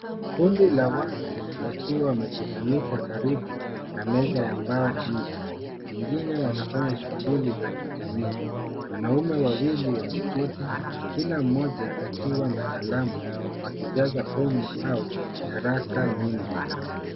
Kundi la watu wakiwa wamekusanyika karibu na meza ya mbao inje. Wengine wanafanya shughuli za kijamii. Wanaume wawili wameketi, kila mmoja akiwa na kalamu ,wakijaza fomu au nyaraka nyingi.